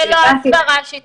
זה לא הסברה שיטתית.